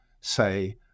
say